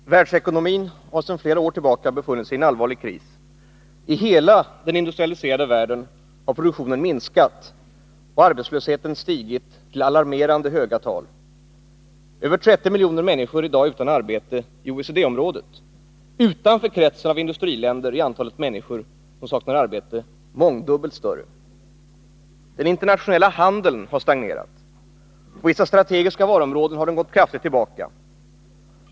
Herr talman! Världsekonomin har sedan flera år tillbaka befunnit sig i en allvarlig kris. I hela den industrialiserade världen har produktionen minskat och arbetslösheten stigit till alarmerande höga tal. Över 30 miljoner människor är i dag utan arbete inom OECD-området. Utanför kretsen av industriländer är antalet människor som saknar arbete mångdubbelt större. Den internationella handeln har stagnerat. På vissa strategiska varuområden har den gått kraftigt tillbaka.